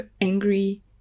angry